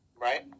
Right